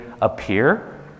appear